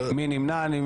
מי נמנע?